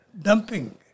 dumping